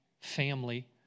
family